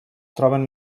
troben